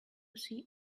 see